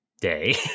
day